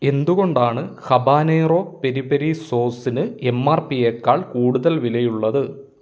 എന്തുകൊണ്ടാണ് habanero peri peri സോസിന് M R പിയേക്കാൾ കൂടുതൽ വിലയുള്ളത്